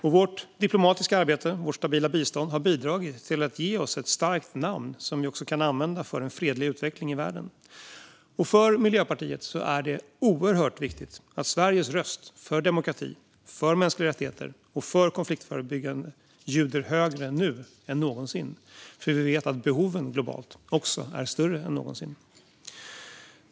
Vårt diplomatiska arbete och vårt stabila bistånd har bidragit till att ge oss ett starkt namn som vi också kan använda för en fredlig utveckling i världen. För Miljöpartiet är det oerhört viktigt att Sveriges röst för demokrati, för mänskliga rättigheter och för konfliktförebyggande nu ljuder högre än någonsin. Vi vet nämligen att behoven globalt också är större än någonsin.